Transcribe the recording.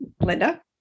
Linda